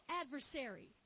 adversary